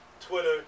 Twitter